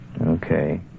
okay